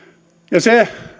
se